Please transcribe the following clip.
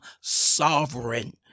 sovereign